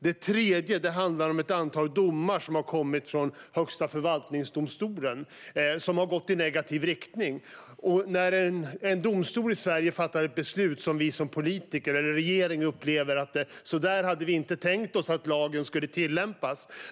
Det tredje handlar om ett antal domar från Högsta förvaltningsdomstolen som har gått i negativ riktning. En domstol i Sverige kan fatta ett beslut som vi politiker eller regeringen upplever så här: Så hade vi inte tänkt oss att lagen skulle tillämpas.